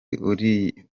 uri